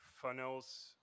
funnels